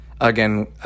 again